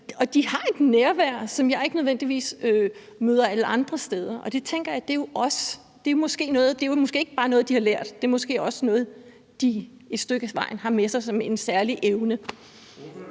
som har et nærvær, som jeg ikke nødvendigvis møder alle andre steder. Jeg tænker, at det måske ikke bare er noget, de har lært, men at det måske også er noget, de et stykke ad vejen har med sig som en særlig evne.